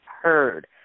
heard